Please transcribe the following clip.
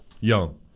young